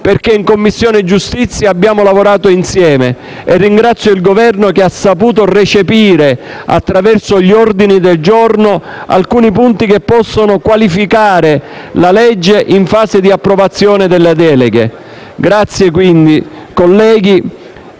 perché in Commissione giustizia abbiamo lavorato insieme, e il Governo ha saputo recepire, attraverso gli ordini del giorno, alcuni punti che possono qualificare la legge in fase di approvazione delle deleghe. Ecco perché noi